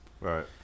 Right